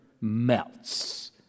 melts